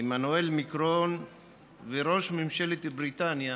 עמנואל מקרון וראש ממשלת בריטניה